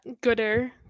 gooder